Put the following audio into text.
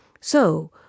So